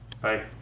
Bye